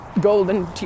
golden